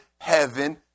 heaven